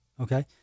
okay